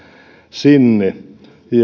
sinne ja